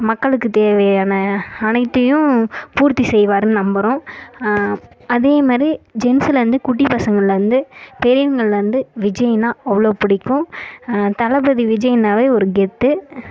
மக்களுக்கு தேவையான அனைத்தையும் பூர்த்தி செய்வார்னு நம்புகிறோம் அதே மாதிரி ஜென்ட்ஸ்லேருந்து குட்டி பசங்கள்லேருந்து பெரியவங்கள்லேருந்து விஜய்னால் அவ்வளோ பிடிக்கும் தளபதி விஜய்னாலே ஒரு கெத்து